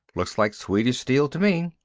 looks like swedish steel, to me.